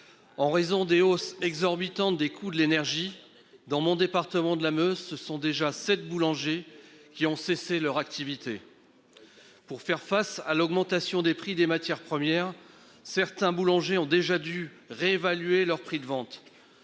En raison de hausse exorbitante des coûts de l'énergie dans mon département de la Meuse, ce sont déjà 7 boulangers qui ont cessé leur activité. Pour faire face à l'augmentation des prix des matières premières, certains boulangers ont déjà dû réévaluer leurs prix de vente.